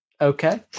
okay